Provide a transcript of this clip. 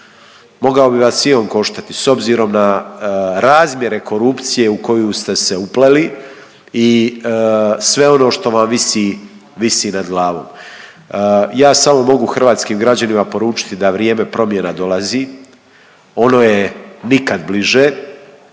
Mogao bi vas i on koštati s obzirom na razmjere korupcije u koju ste se upleli i sve ono što vam visi, visi nad glavom. Ja samo mogu hrvatskim građanima poručiti da vrijeme promjena dolazi, ono je nikad bliže,